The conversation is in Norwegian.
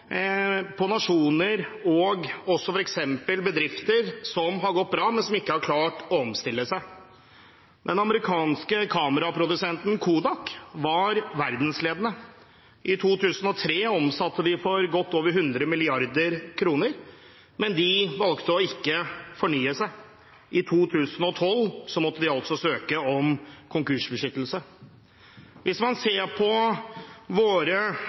på nasjoner og f.eks. bedrifter som har gått bra, men som ikke har klart å omstille seg. Den amerikanske kameraprodusenten Kodak var verdensledende. I 2003 omsatte de for godt over 100 mrd. kr, men valgte ikke å fornye seg. I 2012 måtte de søke om konkursbeskyttelse. Hvis man ser på næringslivet i resten av Europa som våre